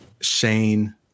Shane